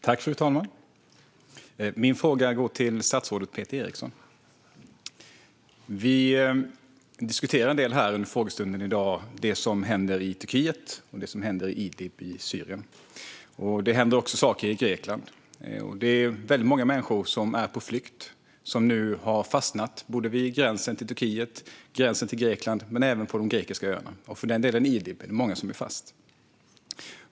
Fru talman! Min fråga går till statsrådet Peter Eriksson. Vi har under dagens frågestund diskuterat det som händer i Turkiet och det som händer i Idlib i Syrien. Det händer också saker i Grekland. Det är väldigt många människor på flykt som nu har fastnat såväl vid gränsen till Turkiet som vid gränsen till Grekland och på de grekiska öarna. Även i Idlib är det många som är fast.